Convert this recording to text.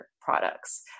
products